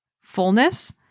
fullness